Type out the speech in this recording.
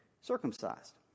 circumcised